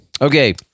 Okay